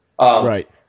Right